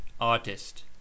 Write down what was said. ARTIST